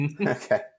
Okay